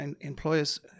employers